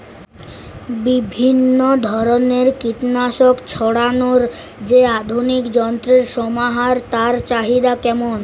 বিভিন্ন ধরনের কীটনাশক ছড়ানোর যে আধুনিক যন্ত্রের সমাহার তার চাহিদা কেমন?